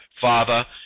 father